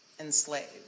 enslaved